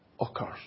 occurs